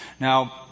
Now